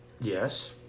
Yes